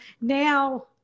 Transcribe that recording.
Now